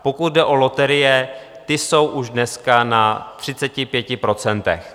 Pokud jde o loterie, ty jsou už dneska na 35 %.